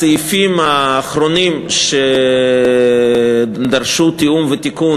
הסעיפים האחרונים שדרשו תיאום ותיקון